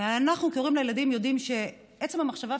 כי אנחנו כהורים לילדים יודעים שעצם המחשבה,